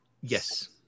Yes